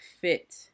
fit